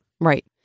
Right